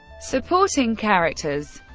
supporting characters